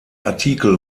artikel